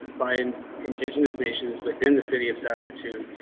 by and indigenous nations within the city of saskatoon.